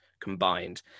combined